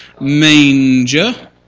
Manger